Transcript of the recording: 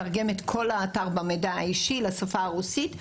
יכול לתרגם את כל האתר במידע האישי לשפה הרוסית,